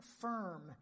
firm